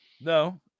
No